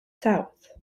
south